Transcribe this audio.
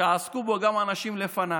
שעסקו בו גם אנשים לפניי,